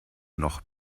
noch